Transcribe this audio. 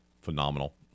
Phenomenal